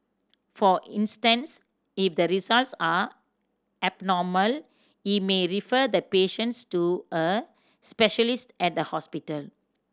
for instance if the results are abnormal he may refer the patients to a specialist at a hospital